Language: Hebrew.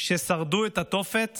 ששרדו את התופת